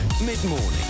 Mid-morning